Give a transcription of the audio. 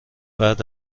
بعد